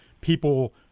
people